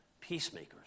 Peacemakers